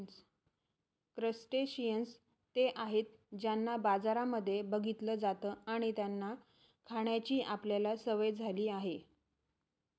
crustaceans ते आहेत ज्यांना बाजारांमध्ये बघितलं जात आणि त्यांना खाण्याची आपल्याला सवय झाली आहे